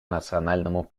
национальному